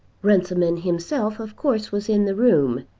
runciman himself of course was in the room,